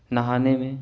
نہانے میں